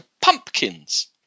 pumpkins